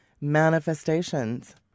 manifestations